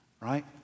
Right